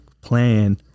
plan